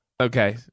Okay